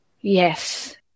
Yes